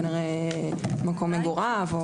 כנראה מקום מגוריו.